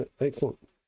Excellent